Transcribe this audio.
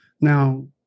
Now